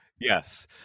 Yes